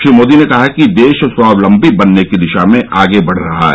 श्री मोदी ने कहा कि देश स्वावलंबी बनने की दिशा में आगे बढ रहा है